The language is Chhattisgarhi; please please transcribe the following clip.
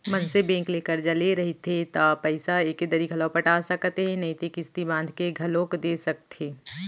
मनसे बेंक ले करजा ले रहिथे त पइसा एके दरी घलौ पटा सकत हे नइते किस्ती बांध के घलोक दे सकथे